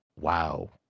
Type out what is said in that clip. wow